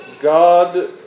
God